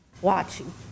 watching